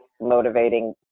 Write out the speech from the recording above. motivating